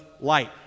light